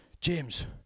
James